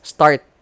Start